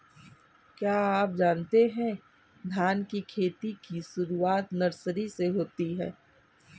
क्या आप जानते है धान की खेती की शुरुआत नर्सरी से होती है?